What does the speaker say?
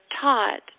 taught